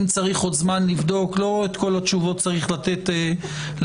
אם צריך עוד זמן לבדוק לא את כל התשובות צריך לתת היום.